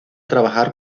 trabajar